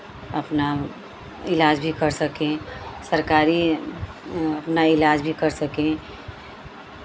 अपना इलाज भी कर सकें सरकारी अपना इलाज भी कर सकें